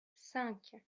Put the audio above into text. cinq